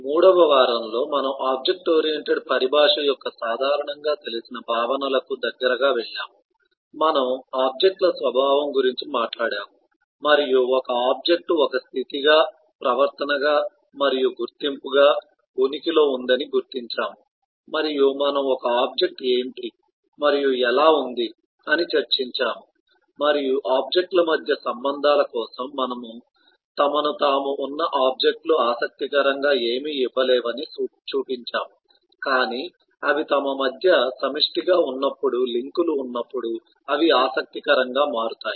3 వ వారంలో మనము ఆబ్జెక్ట్ ఓరియెంటెడ్ పరిభాష యొక్క సాధారణంగా తెలిసిన భావనలకు దగ్గరగా వెళ్ళాము మనము ఆబ్జెక్ట్ ల స్వభావం గురించి మాట్లాడాము మరియు ఒక ఆబ్జెక్ట్ ఒక స్థితిగా ప్రవర్తనగా మరియు గుర్తింపుగా ఉనికిలో ఉందని గుర్తించాము మరియు మనం ఒక ఆబ్జెక్ట్ ఏంటి మరియు ఎలా ఉంది అని చర్చించాము మరియు ఆబ్జెక్ట్ ల మధ్య సంబంధాల కోసం మనము తమను తాము ఉన్న ఆబ్జెక్ట్ లు ఆసక్తికరంగా ఏమీ ఇవ్వలేవని చూపించాము కాని అవి తమ మధ్య సమిష్టిగా ఉన్నప్పుడు లింకులు ఉన్నప్పుడు అవి ఆసక్తికరంగా మారుతాయి